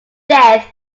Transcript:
death